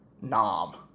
nom